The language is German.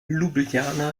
ljubljana